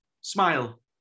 Smile